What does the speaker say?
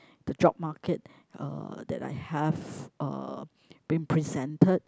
the job market uh that I have uh been presented